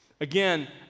Again